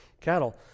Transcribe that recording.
cattle